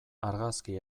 argazki